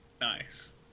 nice